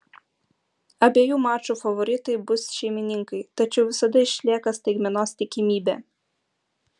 abiejų mačų favoritai bus šeimininkai tačiau visada išlieka staigmenos tikimybė